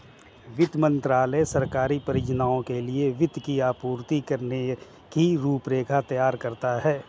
वित्त मंत्रालय सरकारी परियोजनाओं के लिए वित्त की आपूर्ति करने की रूपरेखा तैयार करता है